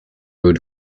ruled